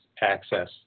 access